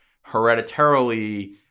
hereditarily-